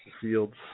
Fields